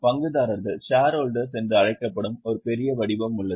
பங்குதாரர்கள் என்று அழைக்கப்படும் ஒரு பெரிய வடிவம் உள்ளது